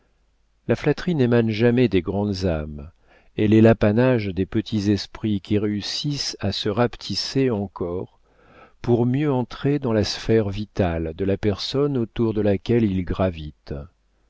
la flatterie n'émane jamais des grandes âmes elle est l'apanage des petits esprits qui réussissent à se rapetisser encore pour mieux entrer dans la sphère vitale de la personne autour de laquelle ils gravitent